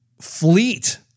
fleet